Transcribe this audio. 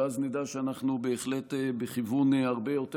ואז נדע שאנחנו בהחלט בכיוון הרבה יותר